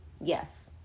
yes